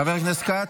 חבר הכנסת כץ.